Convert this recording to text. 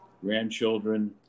grandchildren